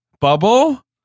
Bubble